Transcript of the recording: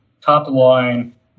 top-line